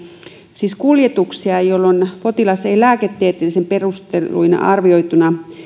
siis kuljetuksia joissa potilas ei lääketieteellisin perusteluin arvioituna